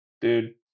dude